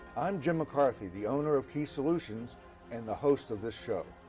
i'm jim mccarthy, the owner of key solutions and the host of this show.